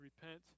Repent